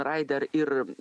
ryder ir